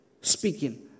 Speaking